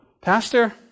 pastor